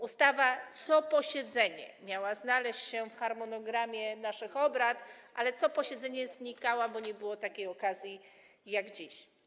Ustawa co posiedzenie miała znaleźć się w harmonogramie naszych obrad, ale co posiedzenie znikała, nie było takiej okazji jak dziś.